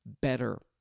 better